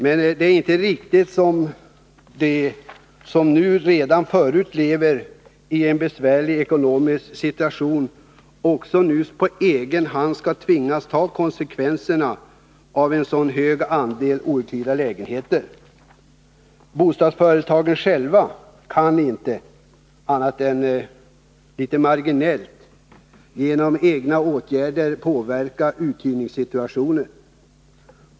Men det är inte riktigt att de som redan förut lever i en besvärlig ekonomisk situation nu också skall tvingas att på egen hand ta konsekvensen av en sådan hög andel outhyrda lägenheter. Bostadsföretagen själva kan genom egna åtgärder endast marginellt påverka uthyrningssituationen.